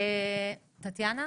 טטיאנה?